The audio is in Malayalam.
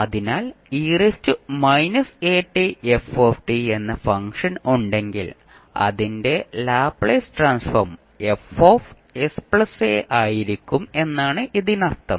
അതിനാൽ എന്ന ഫംഗ്ഷൻ ഉണ്ടെങ്കിൽ അതിന്റെ ലാപ്ലേസ് ട്രാൻസ്ഫോം Fsa ആയിരിക്കും എന്നാണ് ഇതിനർത്ഥം